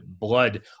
blood